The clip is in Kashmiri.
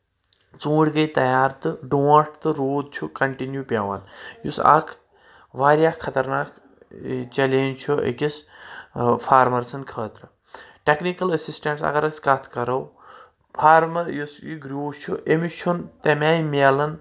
ژوٗنٛٹھۍ گٔے تیار تہٕ ڈونٛٹھ تہٕ روٗد چھُ کنٹنیو پؠوان یُس اکھ واریاہ خطرناک چلینج چھُ أکِس فارمر سٕنٛدِ خٲطرٕ ٹیکنِکل اسِسٹنٹس اگر أسۍ کتھ کرو فارمر یُس یہِ گروٗس چھُ أمِس چھُنہٕ تمہِ آیہِ مِلن